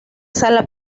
sala